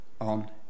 on